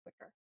quicker